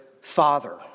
Father